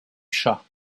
chat